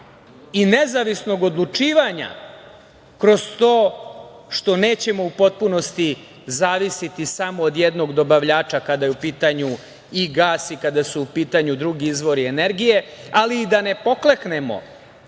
i nezavisnog odlučivanja kroz to što nećemo u potpunosti zavisiti samo od jednog dobavljača kada je u pitanju i gas i kada su u pitanju drugi izvori energije, ali i da ne pokleknemo